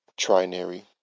trinary